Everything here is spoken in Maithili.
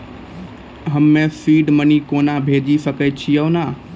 हम्मे सीड मनी कोना भेजी सकै छिओंन